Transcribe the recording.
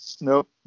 Nope